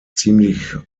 ziemlich